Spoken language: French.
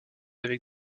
avec